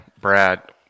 Brad